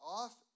off